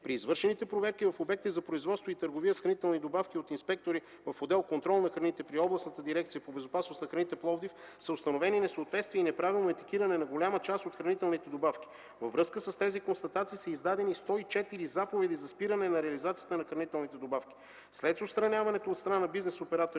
При извършените проверки в обекти за производство и търговия с хранителни добавки от инспектори в отдел „Контрол на храните” при Областната дирекция по безопасност на храните – Пловдив, са установени несъответствия и неправилно етикетиране на голяма част от хранителните добавки. Във връзка с тези констатации са издадени 104 заповеди за спиране на реализацията на хранителните добавки.